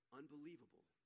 unbelievable